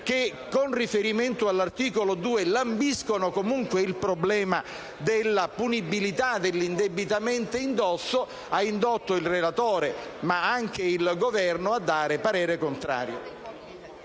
che, con riferimento all'articolo 2, lambiscono comunque il problema della punibilità dell'indebitamente indotto, ha portato il relatore, ma anche il Governo, ad esprimere parere contrario.